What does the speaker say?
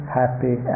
happy